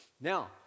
Now